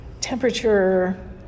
temperature